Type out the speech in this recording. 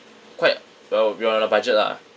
quite well we're on a budget lah